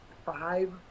five